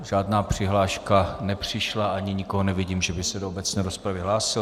Žádná přihláška nepřišla ani nikoho nevidím, že by se do obecné rozpravy hlásil.